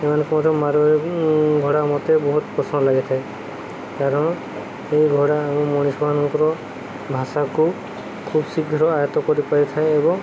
ଏମାନଙ୍କୁ ମଧ୍ୟ ମାରଆରୀ ଘୋଡ଼ା ମୋତେ ବହୁତ ପସନ୍ଦ ଲାଗିଥାଏ କାରଣ ଏହି ଘୋଡ଼ା ଆମ ମଣିଷ ମାନଙ୍କର ଭାଷାକୁ ଖୁବ୍ ଶୀଘ୍ର ଆୟତ କରିପାରି ଥାଏ ଏବଂ